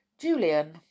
Julian